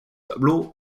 tableau